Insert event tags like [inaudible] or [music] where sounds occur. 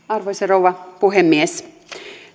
[unintelligible] arvoisa rouva puhemies